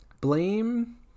Blame